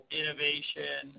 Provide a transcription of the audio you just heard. innovation